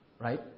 Right